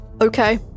okay